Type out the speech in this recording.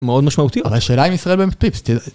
מאוד משמעותיות. אבל השאלה אם ישראל באמת פיפס,